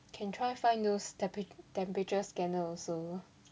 can try find those temper~ temperature scanner also